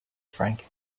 frank